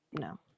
no